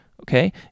Okay